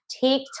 Take